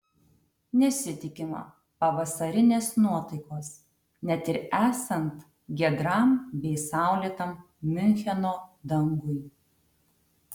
nesitikima pavasarinės nuotaikos net ir esant giedram bei saulėtam miuncheno dangui